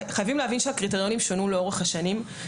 חייבים להבין שהקריטריונים שונו לאורך השנים.